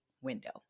window